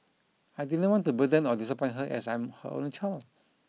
I didn't want to burden or disappoint her as I'm her only child